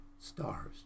stars